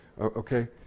Okay